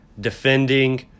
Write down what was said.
Defending